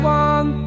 one